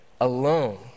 alone